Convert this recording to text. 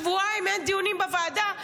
שבועיים אין דיונים בוועדה,